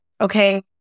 okay